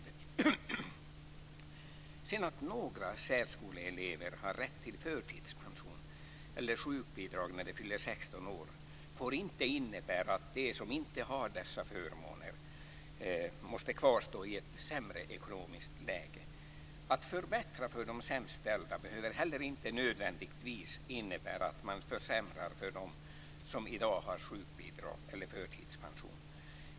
Att sedan några särskoleelever har rätt till förtidspension eller sjukbidrag när de fyller 16 år får inte innebära att de som inte har dessa förmåner måste kvarstå i ett sämre ekonomiskt läge. Att förbättra för de sämst ställda behöver inte heller nödvändigtvis innebära att man försämrar för dem som i dag har sjukbidrag eller förtidspension.